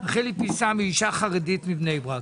היא אשה חרדית מבני ברק,